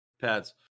Pads